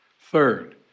Third